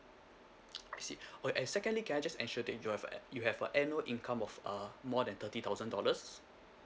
I see oh and secondly can I just ensure that you've uh you have a annual income of uh more than thirty thousand dollars